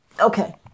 Okay